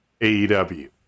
AEW